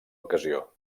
ocasió